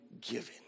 given